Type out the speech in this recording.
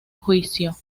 juicio